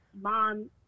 mom